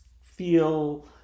feel